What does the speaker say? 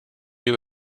you